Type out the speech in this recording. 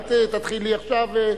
אל תתחיל לי עכשיו,